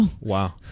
Wow